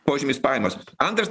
požymis pajamos antras